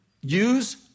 use